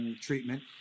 treatment